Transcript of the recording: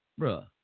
bruh